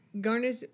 Garnish